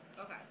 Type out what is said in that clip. Okay